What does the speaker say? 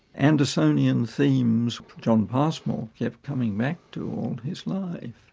andersonian themes john passmore kept coming back to all his life.